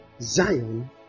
Zion